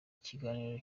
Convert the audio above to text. kiganiro